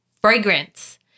fragrance